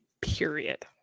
Period